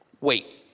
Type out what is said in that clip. wait